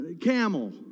Camel